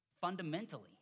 fundamentally